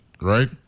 right